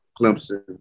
Clemson